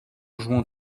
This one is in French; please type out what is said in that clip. jouant